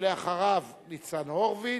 ואחריו, ניצן הורוביץ,